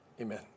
amen